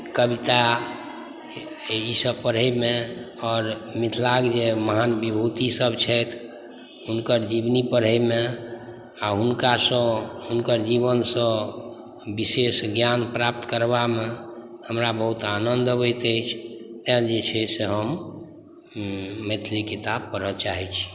कविता ई सभ पढ़ैमे आओर मिथिलाकेँ जे महा विभुति सभ जे छथि हुनकर जीवनी पढ़ैमे आ हुनकासँ हुनकर जीवनसँ विशेष ज्ञान प्राप्त करबामे हमरा बहुत आनन्द अबैत अछि तैँ जे छै से हम मैथिली किताब पढ़ऽचाहै छी